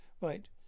Right